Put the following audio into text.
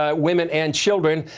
ah women and children,